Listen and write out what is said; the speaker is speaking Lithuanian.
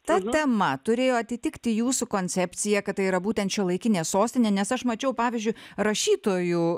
ta tema turėjo atitikti jūsų koncepciją kad tai yra būtent šiuolaikinė sostinė nes aš mačiau pavyzdžiui rašytojų